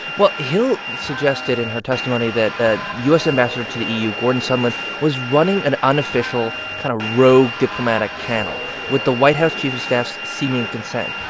well, hill suggested in her testimony that ah u s. ambassador to the eu gordon sondland was running an unofficial kind of rogue diplomatic channel with the white house chief of staff's seeming consent.